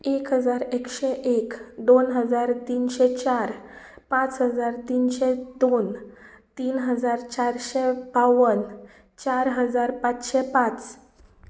एक हजार एकशे एक दोन हजार तिनशे चार पांच हजार तिनशे दोन तीन हजार चारशे बावन चार हजार पांचशे पांच